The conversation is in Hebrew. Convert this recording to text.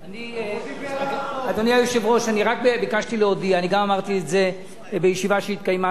ואני מבקש מראש להודיע שבהסכמת ועדת חוקה,